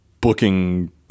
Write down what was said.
booking